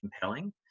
compelling